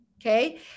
Okay